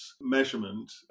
measurement